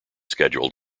scheduled